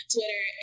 Twitter